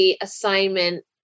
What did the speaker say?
assignment